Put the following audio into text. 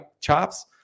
chops